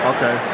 Okay